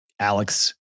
Alex